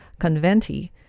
Conventi